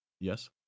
Yes